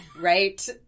Right